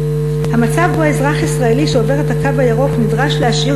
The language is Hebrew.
המצב שבו אזרח ישראלי שעובר את הקו הירוק נדרש להשאיר